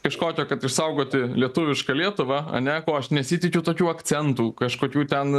kažkokio kad išsaugoti lietuvišką lietuvą ane ko aš nesitikiu tokių akcentų kažkokių ten